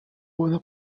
buona